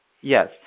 Yes